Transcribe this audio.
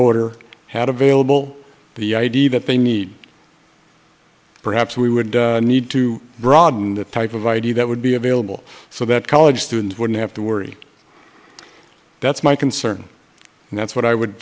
voter had available the id that they need perhaps we would need to broaden the type of id that would be available so that college students wouldn't have to worry that's my concern and that's what i would